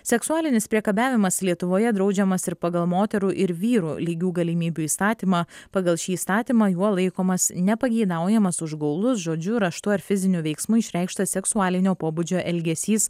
seksualinis priekabiavimas lietuvoje draudžiamas ir pagal moterų ir vyrų lygių galimybių įstatymą pagal šį įstatymą juo laikomas nepageidaujamas užgaulus žodžiu raštu ar fiziniu veiksmu išreikštas seksualinio pobūdžio elgesys